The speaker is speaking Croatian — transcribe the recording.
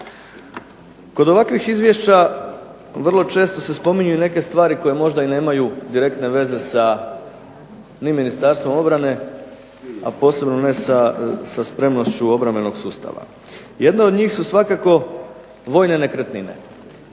Kod ovakvih Izvješća vrlo često se spominju neke stvari koje nemaju neke veze ni sa Ministarstvom obrane a pogotovo ne sa spremnošću obrambenog sustava. Jedna od njih su svakako vojne nekretnine.